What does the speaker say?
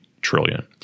trillion